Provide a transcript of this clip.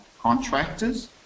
contractors